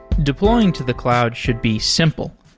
deploying to the cloud should be simple.